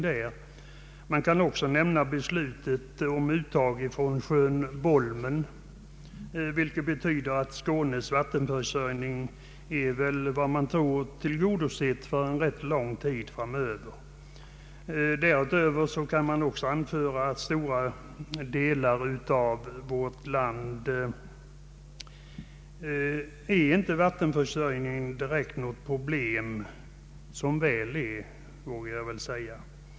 Här kan också nämnas beslutet om uttag av vatten från sjön Bolmen, vilket betyder att Skånes vattenförsörjning är, efter vad man tror, tillgodosedd för rätt lång tid framöver. Därutöver kan anföras att vattenförsörjningen i stora delar av vårt land inte är något problem — som väl är, får jag väl säga.